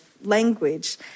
language